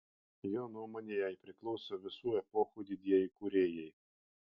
jo nuomone jai priklauso visų epochų didieji kūrėjai